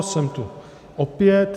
Jsem tu opět.